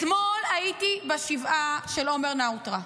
-- אתמול הייתי בשבעה של עומר נאוטרה,